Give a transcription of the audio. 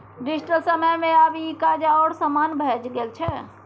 digital समय मे आब ई काज आओर आसान भए गेल छै